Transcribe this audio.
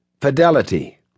fidelity